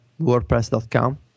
WordPress.com